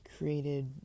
created